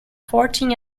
fourteen